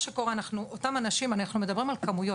אנחנו מדברים על כמויות